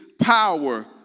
power